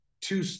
two